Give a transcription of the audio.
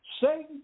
Satan